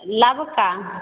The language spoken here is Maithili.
नबका